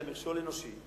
אלא מכשול אנושי,